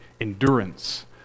endurance